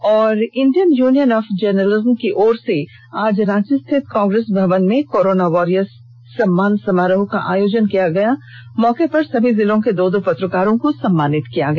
Jharkhand union of journalism की ओर से आज रांची रिथित कांग्रेस भवन मेंकोरोना वॉरियर्स सम्मान समारोह का आयोजन किया गया इस मौके पर सभी जिलों के दो दो पत्रकारों को सम्मानित किया गया